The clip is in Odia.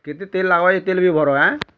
କେତେ ତେଲ୍ ଲାଗ୍ବା ଏ ତେଲ୍ ବି ଭର ଆଁ